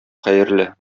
хәерле